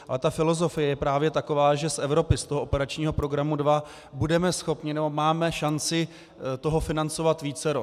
Ale ta filozofie je právě taková, že z Evropy, z toho operačního programu 2, budeme schopni, nebo máme šanci toho financovat vícero.